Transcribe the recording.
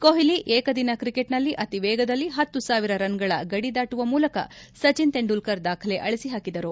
ಕೊಹ್ಹಿ ಏಕದಿನ ಕ್ರಿಕೆಟ್ನಲ್ಲಿ ಅತಿ ವೇಗದಲ್ಲಿ ಹತ್ತು ಸಾವಿರ ರನ್ಗಳ ಗಡಿ ದಾಟುವ ಮೂಲಕ ಸಚಿನ್ ತೆಂಡೂಲ್ಕರ್ ದಾಖಲೆ ಅಳಿಸಿ ಹಾಕಿದರು